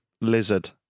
Lizard